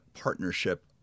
partnership